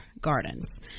gardens